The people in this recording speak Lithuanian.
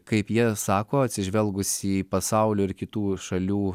kaip jie sako atsižvelgus į pasaulio ir kitų šalių